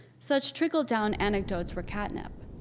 such trickled down anecdotes were catnip.